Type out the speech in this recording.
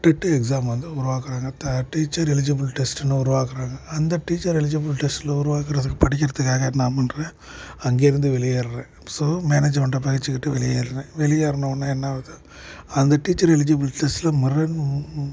dead exam வந்து உருவாக்கிறாங்க தா டீச்சர் எலிஜிபிள் டெஸ்ட்டுன்னு உருவாக்கிறாங்க அந்த டீச்சர் எலிஜிபிள் டெஸ்ட்டில் உருவாக்கிறதுக்கு படிக்கிறதுக்காக என்ன பண்ணுறேன் அங்கிருந்து வெளியேறுறேன் ஸோ மேனேஜ்மெண்ட்டை பகைச்சுக்கிட்டு வெளியேறுறேன் வெளியேறினவொன்னே என்ன ஆகுது அந்த டீச்சர் எலிஜிபிள் டெஸ்ட்டில் மரன்